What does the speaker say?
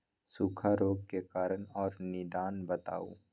सूखा रोग के कारण और निदान बताऊ?